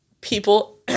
people